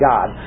God